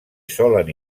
solen